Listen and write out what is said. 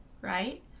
Right